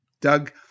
Doug